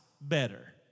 better